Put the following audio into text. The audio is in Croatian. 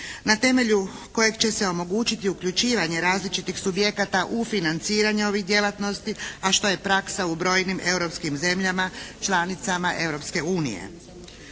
na temelju kojeg će se omogućiti uključivanje različitih subjekata u financiranje ovih djelatnosti, a što je praksa u brojnim europskim zemljama članicama